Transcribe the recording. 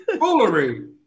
foolery